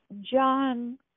John